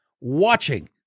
watching